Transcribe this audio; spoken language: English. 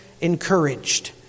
encouraged